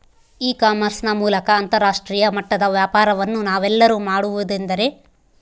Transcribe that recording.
E commerce ನ ಮೂಲಕ ಅಂತರಾಷ್ಟ್ರೇಯ ಮಟ್ಟದ ವ್ಯಾಪಾರವನ್ನು ನಾವೆಲ್ಲರೂ ಮಾಡುವುದೆಂದರೆ?